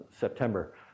September